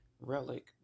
relic